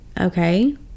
okay